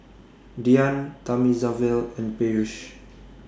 Dhyan Thamizhavel and Peyush